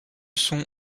sont